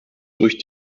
durch